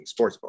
Sportsbook